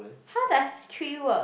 how does three work